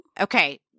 okay